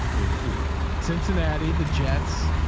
they've three wins. cincinnati, the jets.